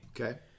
Okay